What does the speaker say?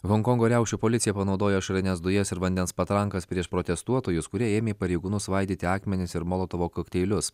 honkongo riaušių policija panaudojo ašarines dujas ir vandens patrankas prieš protestuotojus kurie ėmė pareigūnus svaidyti akmenis ir molotovo kokteilius